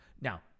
Now